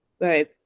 Right